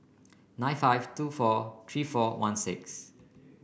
nine five two four three four one six